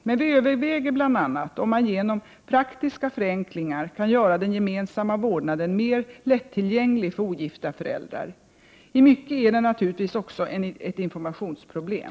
Men vi överväger bl.a. om man genom praktiska förenklingar kan göra den gemensamma vårdnaden mer lättillgänglig för ogifta föräldrar. I mycket är det naturligtvis också ett informationsproblem.